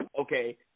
okay